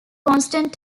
constant